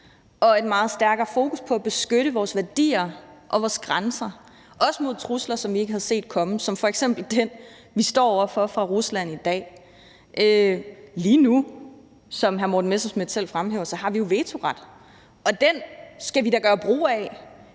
og et meget stærkere fokus på at beskytte vores værdier og vores grænser, også mod trusler, som vi ikke havde set komme, som f.eks. den, som vi står over for fra Ruslands side i dag. Lige nu har vi jo, som hr. Morten Messerschmidt selv fremhæver, vetoret, og den skal vi da gøre brug af,